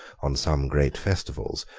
on some great festivals,